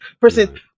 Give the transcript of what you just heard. person